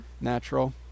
natural